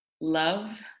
love